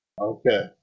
Okay